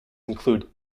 include